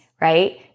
right